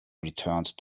returned